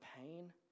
pain